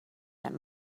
that